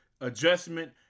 adjustment